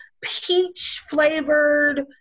peach-flavored